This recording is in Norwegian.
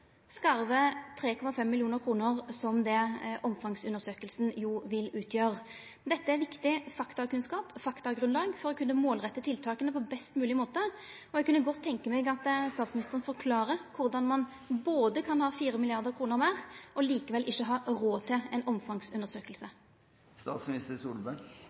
skarve 3,5 mill. kr, som er det omfangsundersøkinga jo vil utgjera. Dette er viktig faktakunnskap og faktagrunnlag for å kunna målretta tiltaka på best mogleg måte. Eg kunne godt tenkja meg at statsministeren forklarer korleis ein kan ha 4 mrd. kr meir, men likevel ikkje har råd til